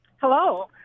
Hello